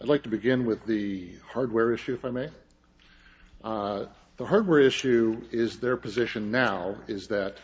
i'd like to begin with the hardware issue for me the hardware issue is their position now is that